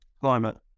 climate